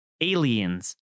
aliens